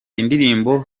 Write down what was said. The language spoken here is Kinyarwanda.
indirimbo